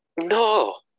No